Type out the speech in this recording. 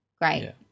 great